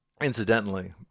incidentally